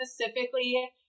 specifically